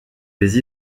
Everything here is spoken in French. les